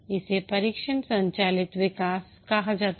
इसे परीक्षण संचालित विकास कहा जाता है